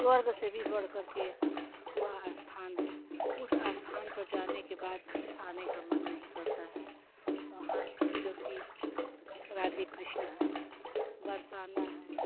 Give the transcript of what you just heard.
स्वर्ग से भी बढ़ करके वह स्थान है उस स्थान पर जाने के बाद फिर आने का मन नहीं करता है वहाँ जो कि राधे कृष्ण हैं बरसाना है